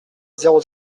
zéro